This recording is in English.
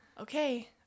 okay